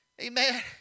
Amen